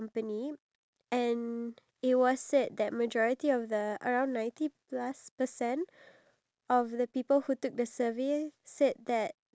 ya true I feel like planning there's a lot of planning you need to do you need to plan for what you want to do you need to plan for your financial needs